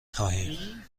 خواهیم